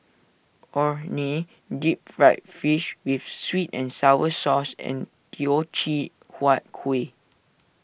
Orh Nee Deep Fried Fish with Sweet and Sour Sauce and Teochew Huat Kueh